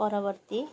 ପରବର୍ତ୍ତୀ